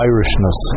Irishness